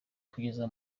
kugeza